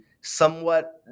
somewhat